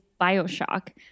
Bioshock